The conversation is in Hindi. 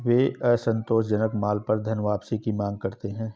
वे असंतोषजनक माल पर धनवापसी की मांग करते हैं